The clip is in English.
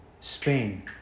Spain